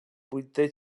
vuitè